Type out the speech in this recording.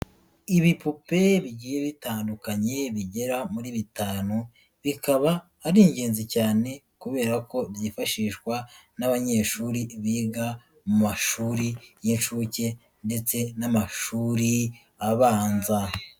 Ibipupe bigiye bitandukanye bigera muri bitanu, bikaba ari ingenzi cyane kubera ko byifashishwa n'abanyeshuri biga mu mashuri y'incuke ndetse n'amashuri abanza.